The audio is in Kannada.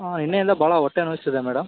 ನೆನ್ನೆಯಿಂದ ಭಾಳ ಹೊಟ್ಟೆ ನೋಯ್ತಿದೆ ಮೇಡಮ್